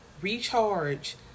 Recharge